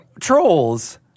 trolls